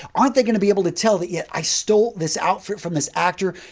aren't they going to be able to tell that, yeah, i stole this outfit from this actor?